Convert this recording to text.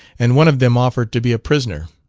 and one of them offered to be a prisoner,